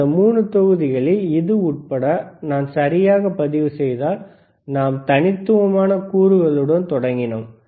கடந்த 3 தொகுதிகளில் இது உட்பட நான் சரியாக பதிவுசெய்தால் நாம் தனித்துவமான கூறுகளுடன் தொடங்கினோம்